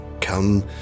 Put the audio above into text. come